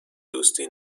دوستی